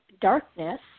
darkness